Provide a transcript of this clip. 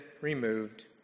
removed